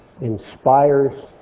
inspires